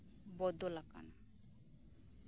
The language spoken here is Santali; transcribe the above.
ᱵᱚᱫᱚᱞ ᱟᱠᱟᱱᱟ